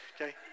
okay